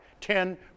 Ten